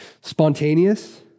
spontaneous